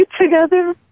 together